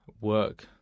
work